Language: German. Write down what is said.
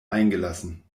eingelassen